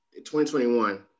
2021